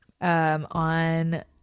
on